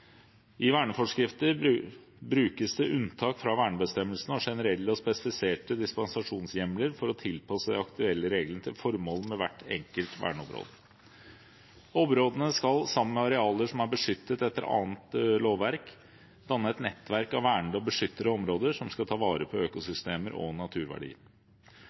I verneforskrifter brukes det unntak fra vernebestemmelsene og generelle og spesifiserte dispensasjonshjemler for å tilpasse de aktuelle reglene til formålet med hvert enkelt verneområde. Områdene skal, sammen med arealer som er beskyttet etter annet lovverk, danne et nettverk av vernede og beskyttede områder som skal ta vare på økosystemer og naturverdier.